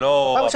זה לא --- בסדר.